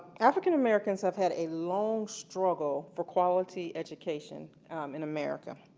african-americans have had a long struggle for quality education in america.